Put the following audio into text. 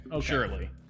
surely